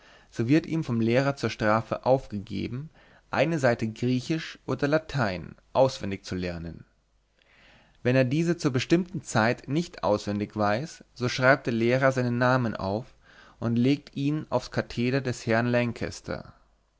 so wird ihm vom lehrer zur strafe aufgegeben eine seite griechisch oder latein auswendig zu lernen wenn er diese zur bestimmten zeit nicht auswendig weiß so schreibt der lehrer seinen namen auf und legt ihn auf's katheder des herrn